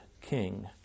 king